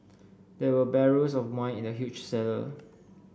there were barrels of wine in the huge cellar